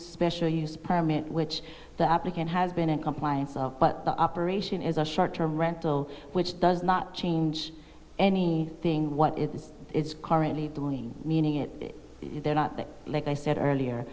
special use permit which the applicant has been in compliance of but the operation is a short term rental which does not change anything what is its current lead doing meaning it is there not that like i said earlier